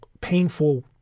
painful